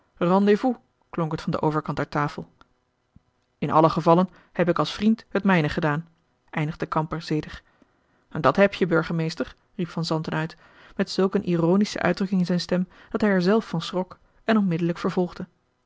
het van den overkant der tafel in allen gevalle heb ik als vriend het mijne gedaan eindigde kamper zedig dat heb je burgemeester riep van zanten uit met zulk een ironische uitdrukking in zijn stem dat hij er zelf van schrok en onmiddelijk vervolgde